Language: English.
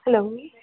hello